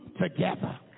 together